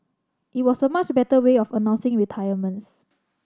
it was a much better way of announcing retirements